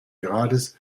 grades